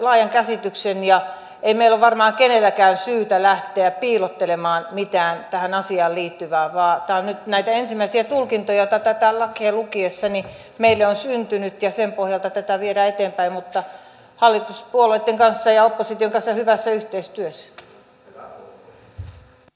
ei meillä ole varmaan kenelläkään syytä lähteä piilottelemaan mitään tähän asiaan liittyvää vaan tämä on nyt näitä ensimmäisiä tulkintoja joita tätä lakia lukiessa meille on syntynyt ja sen pohjalta tätä viedään eteenpäin hallituspuolueitten ja opposition kanssa hyvässä yhteistyössä